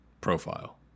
profile